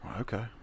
Okay